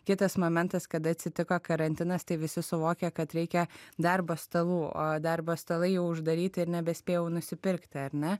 kitas momentas kada atsitiko karantinas tai visi suvokė kad reikia darbo stalų o darbo stalai jau uždaryti ir nebespėjau nusipirkti ar ne